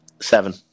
seven